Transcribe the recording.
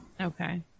Okay